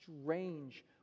strange